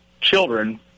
children